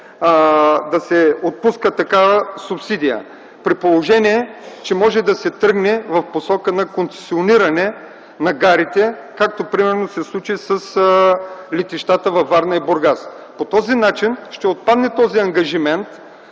да се отпуска такава субсидия, при положение че може да се тръгне в посока на концесиониране на гарите, както примерно се случи с летищата във Варна и Бургас. По този начин ще отпадне ангажимента